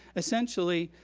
essentially,